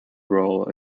role